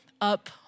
up